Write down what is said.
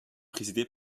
présidé